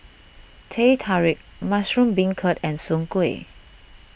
Teh Tarik Mushroom Beancurd and Soon Kuih